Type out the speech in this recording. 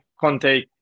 Conte